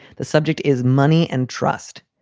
the subject is money and trust.